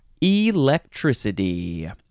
electricity